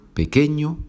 pequeño